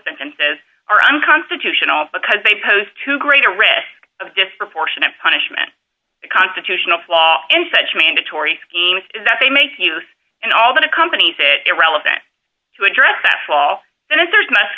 sentences are unconstitutional because they pose too great a risk of disproportionate punishment a constitutional flaw in such mandatory schemes that they make use of and all that accompanies it irrelevant to address that fall and if there's must